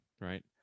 right